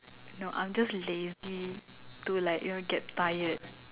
no I'm just lazy to like you know get tired